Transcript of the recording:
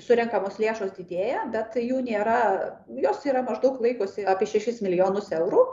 surenkamos lėšos didėja bet jų nėra jos yra maždaug laikosi apie šešis milijonus eurų